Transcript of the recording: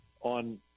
on